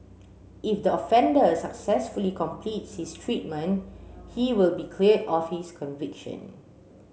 if the offender successfully completes his treatment he will be cleared of his conviction